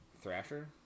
Thrasher